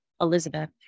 Elizabeth